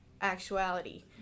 actuality